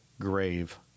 grave